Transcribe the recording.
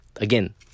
again